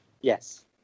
yes